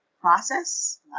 process